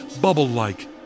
bubble-like